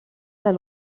elle